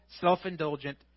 self-indulgent